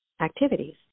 activities